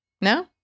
No